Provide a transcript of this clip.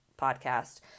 podcast